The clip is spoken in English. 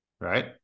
Right